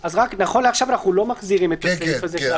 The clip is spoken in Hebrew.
נכון לעכשיו אנחנו לא מחזירים את הסעיף הזה של